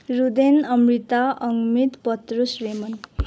रुदेन अमृता अङ्मित पत्रुस रेमन